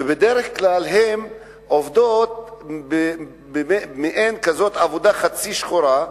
ובדרך כלל הן עובדות מעין עבודה חצי-שחורה,